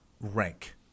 rank